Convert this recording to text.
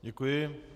Děkuji.